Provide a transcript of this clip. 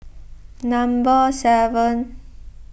number seven